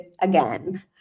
again